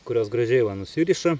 kurios gražiai va nusiriša